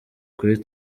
kuri